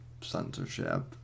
censorship